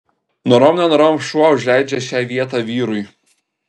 norom nenorom šuo užleidžia šią vietą vyrui